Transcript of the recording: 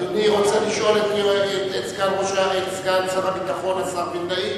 אדוני רוצה לשאול את סגן שר הביטחון, השר וילנאי?